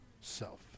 self